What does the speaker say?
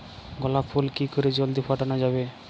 গোলাপ ফুল কি করে জলদি ফোটানো যাবে?